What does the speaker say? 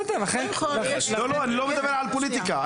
לא, לא, אני לא מדבר על פוליטיקה.